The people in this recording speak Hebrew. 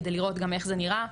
כדי לראות גם איך זה נראה.